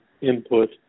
input